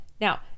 Now